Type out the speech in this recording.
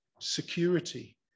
security